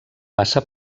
passa